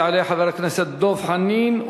יעלה חבר הכנסת דב חנין,